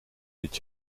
dit